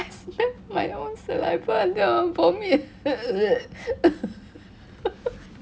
I smell my own saliva until I want vomit